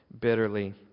bitterly